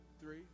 three